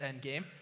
Endgame